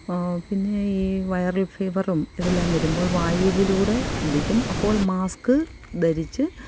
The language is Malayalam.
പിന്നെ ഈ വൈറൽ ഫീവറും ഇതെല്ലാം വരുമ്പോൾ വായുവിലൂടെ ഇതിലേക്കും അപ്പോൾ മാസ്ക് ധരിച്ച്